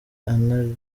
anakorana